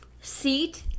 seat